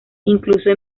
incluso